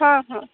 ହଁ ହଁ